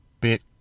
bit